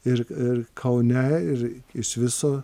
ir ir kaune ir iš viso